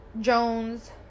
Jones